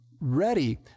ready